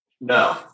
No